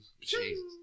Jesus